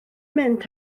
mynd